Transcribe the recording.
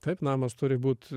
taip namas turi būt